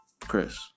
Chris